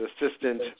assistant